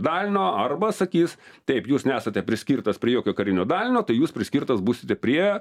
dalinio arba sakys taip jūs nesate priskirtas prie jokio karinio dalinio tai jūs priskirtas būsite prie